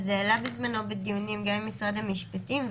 זה עלה בזמנו בדיונים גם עם משרד המשפטים,